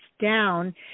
down